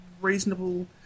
reasonable